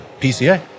PCA